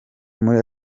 muri